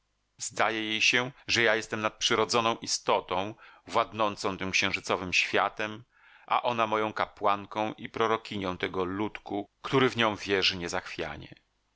zdaje jej się że ja jestem nadprzyrodzoną istotą władnącą tym księżycowym światem a ona moją kapłanką i prorokinią tego ludku który w nią wierzy niezachwianie